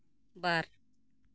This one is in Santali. ᱵᱟᱨ